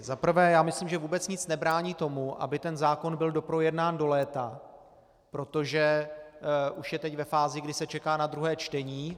Za prvé myslím, že vůbec nic nebrání tomu, aby ten zákon byl doprojednán do léta, protože už teď je ve fázi, kdy se čeká na druhé čtení.